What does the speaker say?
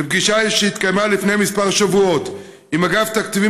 בפגישה שהתקיימה לפני כמה שבועות עם אגף התקציבים